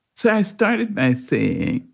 so i started by, say,